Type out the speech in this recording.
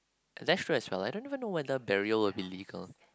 that's true as well I don't even know whether burial will be legal